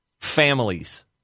families